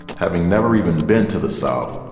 having never even been to the south,